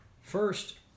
first